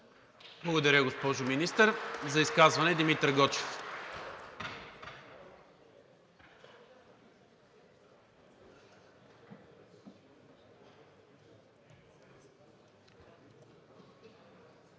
Благодаря, госпожо Министър. За изказване – Димитър Гочев.